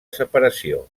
separació